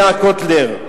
קוטלר,